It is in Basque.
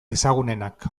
ezagunenak